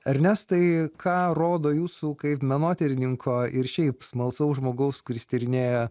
ernestai ką rodo jūsų kaip menotyrininko ir šiaip smalsaus žmogaus kuris tyrinėja